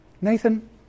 Nathan